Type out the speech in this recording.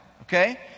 okay